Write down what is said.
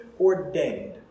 ordained